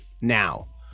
Now